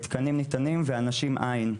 תקנים ניתנים, ואנשים אין.